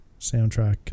soundtrack